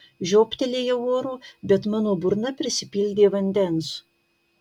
žiobtelėjau oro bet mano burna prisipildė vandens